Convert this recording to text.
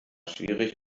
schwierig